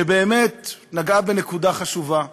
שבאמת נגעה בנקודה חשובה: